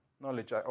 knowledge